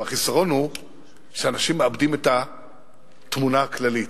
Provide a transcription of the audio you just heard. והחיסרון הוא שאנשים מאבדים את התמונה הכללית.